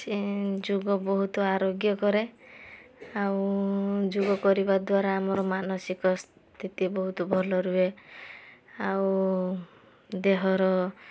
ସେ ଯୋଗ ବହୁତ ଆରୋଗ୍ୟ କରେ ଆଉ ଯୋଗ କରିବା ଦ୍ୱାରା ଆମର ମାନସିକ ସ୍ଥିତି ବହୁତ ଭଲ ରୁହେ ଆଉ ଦେହର